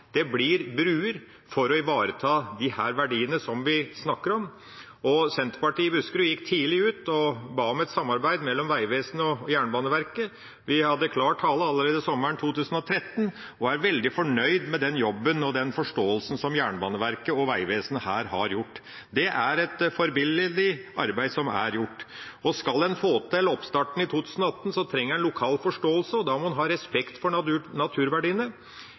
det blir bruer, for å ivareta disse verdiene som vi snakker om. Senterpartiet i Buskerud gikk tidlig ut og ba om et samarbeid mellom Vegvesenet og Jernbaneverket. Vi hadde klar tale allerede sommeren 2013 og er veldig fornøyd med den forståelsen som har vært, og den jobben som er gjort her av Jernbaneverket og Vegvesenet. Det er et forbilledlig arbeid som er gjort, og skal en få til oppstarten i 2018, trenger en lokal forståelse, og da må en ha respekt for naturverdiene. Hvis en ikke får den respekten for naturverdiene,